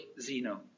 Zeno